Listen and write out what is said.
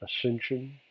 ascension